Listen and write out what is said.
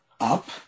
up